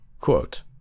Quote